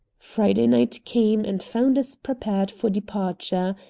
friday night came and found us prepared for departure,